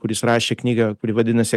kuris rašė knygą kuri vadinasi